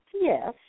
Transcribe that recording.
Yes